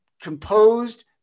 composed